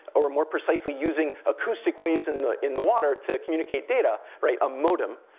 or more precisely, using acoustic waves in the in the water to communicate data, right, a modem,